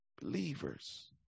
Believers